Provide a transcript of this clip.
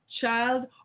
child